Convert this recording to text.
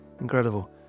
Incredible